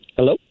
Hello